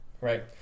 right